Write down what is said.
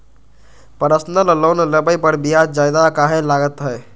Personal loan लेबे पर ब्याज ज्यादा काहे लागईत है?